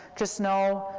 just know,